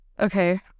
Okay